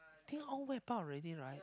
think all wipe out already right